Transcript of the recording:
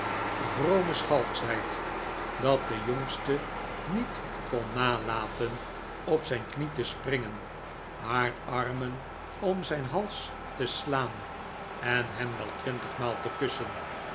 dat de jongste niet kon nalaten op zijn knie te springen haar armen om zijn hals te slaan en hem wel twintig maal te kussen